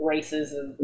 Racism